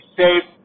safe